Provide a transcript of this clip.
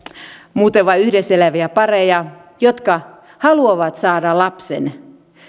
muuten vain yhdessä eläviä pareja jotka haluavat saada lapsen